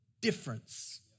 difference